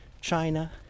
China